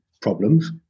problems